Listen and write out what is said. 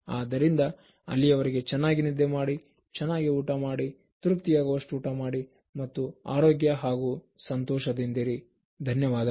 ಆದ್ದರಿಂದ ಅಲ್ಲಿಯವರೆಗೆ ಚೆನ್ನಾಗಿ ನಿದ್ದೆ ಮಾಡಿ ಚೆನ್ನಾಗಿ ಊಟ ಮಾಡಿ ತೃಪ್ತಿಯಾಗುವಷ್ಟು ಊಟ ಮಾಡಿ ಮತ್ತು ಆರೋಗ್ಯ ಹಾಗೂ ಸಂತೋಷದಿಂದಿರಿ ಧನ್ಯವಾದಗಳು